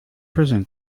prison